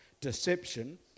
deception